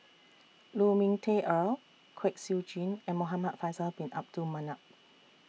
Lu Ming Teh Earl Kwek Siew Jin and Muhamad Faisal Bin Abdul Manap